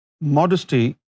Modesty